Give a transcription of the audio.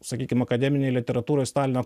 sakykim akademinėj literatūroj stalino